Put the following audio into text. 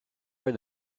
read